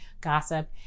gossip